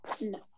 No